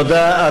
תודה.